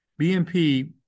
BMP